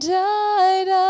died